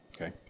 Okay